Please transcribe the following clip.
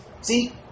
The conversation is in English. See